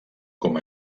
com